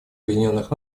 объединенных